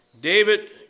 David